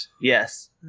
Yes